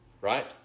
right